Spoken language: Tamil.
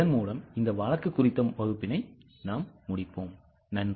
இதன் மூலம் இந்த வழக்கு குறித்த வகுப்பினை முடிப்போம் நன்றி